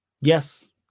Yes